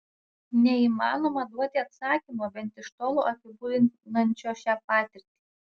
neįmanoma duoti atsakymo bent iš tolo apibūdinančio šią patirtį